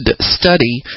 study